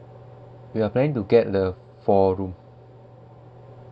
we are planning to get the four room